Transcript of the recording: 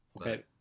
Okay